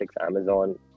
Amazon